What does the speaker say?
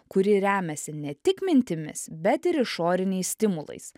kuri remiasi ne tik mintimis bet ir išoriniais stimulais